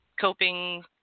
coping